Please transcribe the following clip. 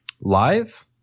Live